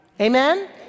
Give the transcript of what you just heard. Amen